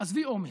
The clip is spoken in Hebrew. עזבי אומץ.